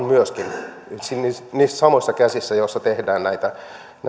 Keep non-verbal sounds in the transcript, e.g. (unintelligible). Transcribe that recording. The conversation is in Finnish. (unintelligible) myöskin tämä kaavoitusvalta on niissä samoissa käsissä joissa tehdään näitä